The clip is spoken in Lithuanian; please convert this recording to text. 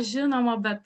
žinoma bet